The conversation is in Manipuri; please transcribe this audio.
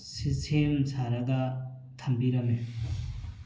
ꯁꯦꯝ ꯁꯥꯔꯒ ꯊꯝꯕꯤꯔꯝꯃꯤ